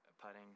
putting